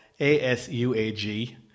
ASUAG